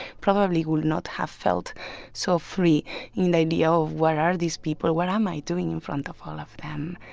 probably would not have felt so free in the idea of, where are these people? what am i doing in front of all of them?